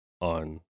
on